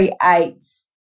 creates